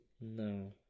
No